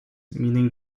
meaning